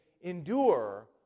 endure